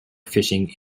fishing